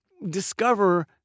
Discover